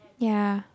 ya